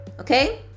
Okay